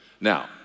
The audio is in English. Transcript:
Now